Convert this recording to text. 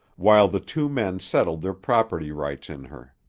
while the two men settled their property rights in her.